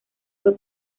fue